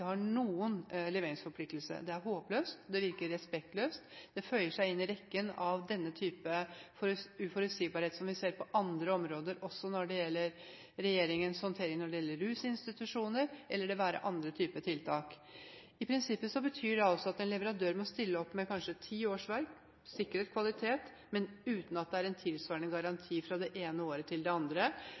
har noen leveringsforpliktelse. Det er håpløst, det virker respektløst, og det føyer seg inn i rekken av denne type uforutsigbarhet som vi ser på andre områder, også når det gjelder regjeringens håndtering av rusinstitusjoner – eller det være seg andre typer tiltak. I prinsippet betyr det altså at en leverandør må stille opp med kanskje ti årsverk, sikret kvalitet, men uten at det er en tilsvarende garanti fra det ene året til det andre.